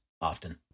often